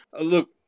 look